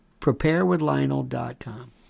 preparewithlionel.com